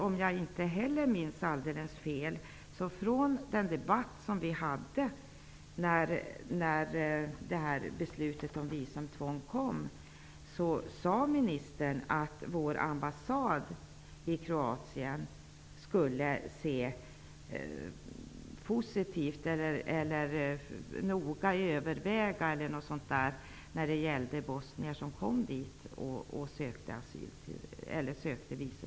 Om jag inte minns helt fel sade ministern, i debatten när beslutet om visumtvång kom, att vår ambassad i Kroatien skulle göra noggranna överväganden beträffande bosnier som sökte visum till Sverige.